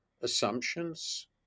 assumptions